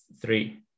three